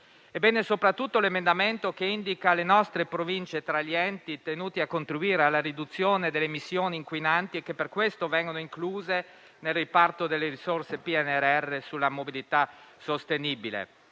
Bene soprattutto l'emendamento che indica le nostre Province tra gli enti tenuti a contribuire alla riduzione delle emissioni inquinanti e che per questo vengono incluse nel riparto delle risorse del Piano nazionale